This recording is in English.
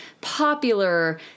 popular